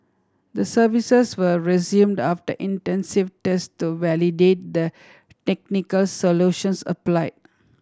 the services were resumed after intensive test to validate the technical solutions applied